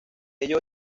ello